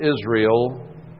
Israel